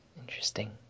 Interesting